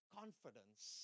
confidence